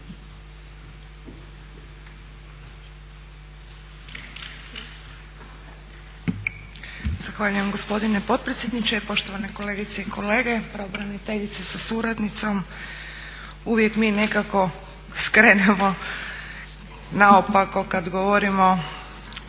Zahvaljujem gospodine potpredsjedniče, poštovane kolegice i kolege, pravobraniteljice sa suradnicom. Uvijek mi nekako skrenemo naopako kad govorimo